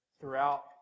throughout